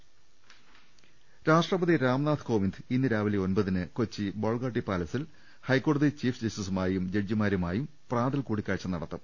രണ്ട രാഷ്ട്രപതി രാംനാഥ് കോവിന്ദ് ഇന്ന് രാവിലെ ഒൻപതിന് കൊച്ചി ബോൾഗാട്ടി പാലസിൽ ഹൈക്കോടതി ചീഫ് ജസ്റ്റിസുമായും ജഡ്ജി മാരുമായും പ്രാതൽ കൂടിക്കാഴ്ച നടത്തും